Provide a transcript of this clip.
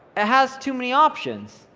it has too many options.